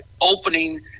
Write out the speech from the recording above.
opening